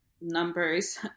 numbers